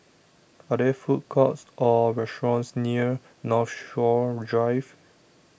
Are There Food Courts Or restaurants near Northshore Drive